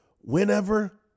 Whenever